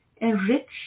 Enrich